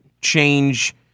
change